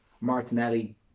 Martinelli